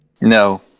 No